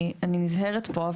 פה,